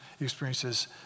experiences